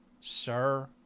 sir